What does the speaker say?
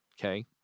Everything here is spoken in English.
okay